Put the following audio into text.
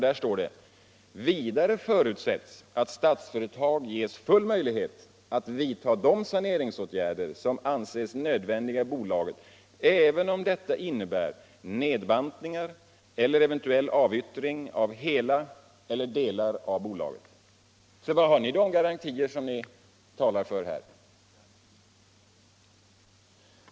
Där står det följande: "Vidare förutsättes att Statsföretag ges full möjlighet att vidtaga de saneringsåtgärder som anses nödvändiga i bolaget, även om detta innebär nedbantningar eller eventuell avyttring av hela eller delar av bolaget.” "Var har ni de garantier som ni talar om här?